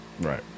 Right